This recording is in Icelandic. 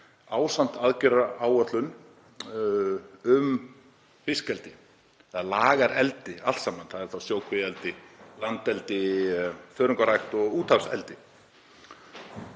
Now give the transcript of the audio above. ásamt aðgerðaáætlun um fiskeldi eða lagareldi allt saman. Það er þá sjókvíaeldi, landeldi, þörungarækt og úthafseldi.